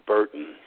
Burton